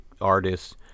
artists